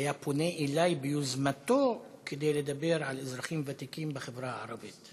הוא היה פונה אלי ביוזמתו כדי לדבר על אזרחים ותיקים בחברה הערבית.